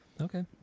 Okay